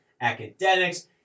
academics